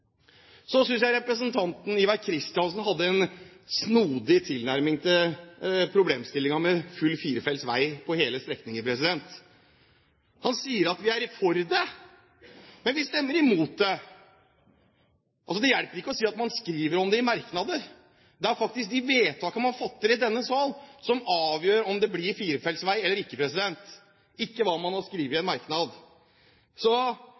Så bokholderi går mange veier. Så synes jeg representanten Ivar Kristiansen hadde en snodig tilnærming til problemstillingen med full firefelts vei på hele strekninger. Han sier: Vi er for det, men vi stemmer imot det. Det hjelper ikke å si at man skriver om det i merknader. Det er faktisk de vedtakene man fatter i denne salen, som avgjør om det blir firefelts vei eller ikke – ikke hva man har skrevet i en